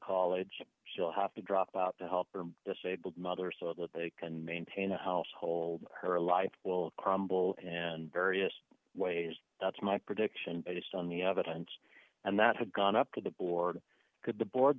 college she will have to drop out to help her disabled mother so that they can maintain a household her life will crumble and various ways that's my prediction based on the evidence and that's a gone up to the board could the board